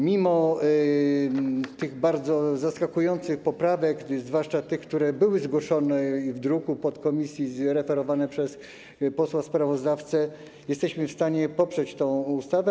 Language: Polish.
Mimo bardzo zaskakujących poprawek, zwłaszcza tych, które były zgłoszone w druku podkomisji, zreferowane przez posła sprawozdawcę, jesteśmy w stanie poprzeć tę ustawę.